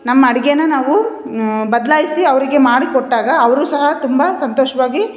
ನಮ್ಮ ಅಡಿಗೆನ ನಾವು ಬದ್ಲಾಯಿಸಿ ಅವರಿಗೆ ಮಾಡಿ ಕೊಟ್ಟಾಗ ಅವರು ಸಹ ತುಂಬ ಸಂತೋಷವಾಗಿ